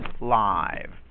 Live